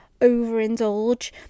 overindulge